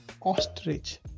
Ostrich